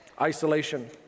isolation